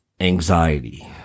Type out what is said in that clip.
Anxiety